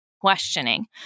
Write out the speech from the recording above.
questioning